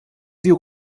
diu